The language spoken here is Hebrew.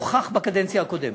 הוכח בקדנציה הקודמת,